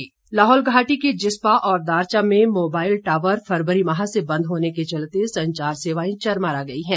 मांग लाहौल घाटी के जिस्पा और दारचा में मोबाइल टावर फरवरी माह से बंद होने के चलते संचार सेवाएं चरमरा गई हैं